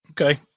Okay